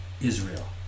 israel